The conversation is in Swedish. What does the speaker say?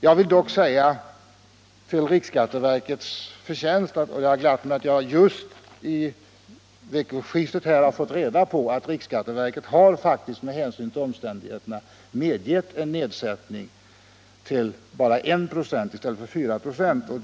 Jag vill dock säga att det glatt mig att jag just i veckoskiftet fått reda på att riksförsäkringsverket faktiskt, med hänsyn till omständigheterna, har medgett en nedsättning till bara 1 96 i stället för 4 96.